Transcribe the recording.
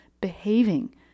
behaving